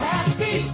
Happy